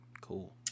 cool